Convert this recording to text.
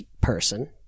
person